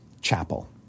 chapel